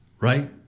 right